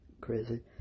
crazy